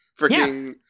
freaking